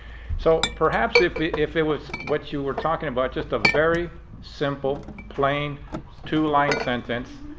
so perhaps if it if it was what you were talking about just a very simple plain two line sentence,